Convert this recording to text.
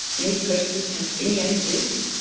any person has any ideas?